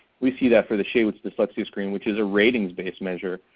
we see that for the shaywitz dyslexia screen which is a ratings based measure.